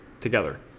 together